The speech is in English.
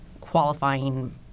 qualifying